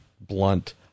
blunt